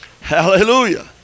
Hallelujah